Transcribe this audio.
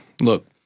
Look